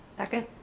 second.